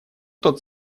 тот